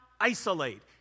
isolate